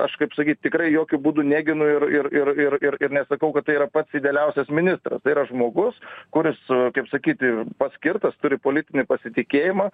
aš kaip sakyt tikrai jokiu būdu neginu ir ir ir ir ir ir nesakau kad tai yra pats idealiausias ministras tai yra žmogus kuris kaip sakyti paskirtas turi politinį pasitikėjimą